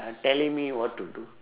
uh telling me what to do